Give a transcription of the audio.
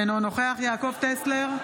אינו נוכח יעקב טסלר,